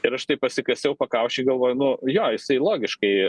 ir aš taip pasikasiau pakaušį galvoju nu jo jisai logiškai